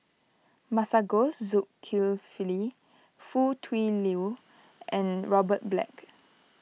Masagos Zulkifli Foo Tui Liew and Robert Black